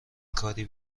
کاری